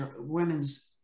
women's